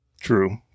True